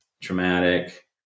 traumatic